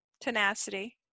Tenacity